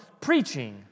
preaching